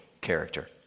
character